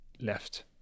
left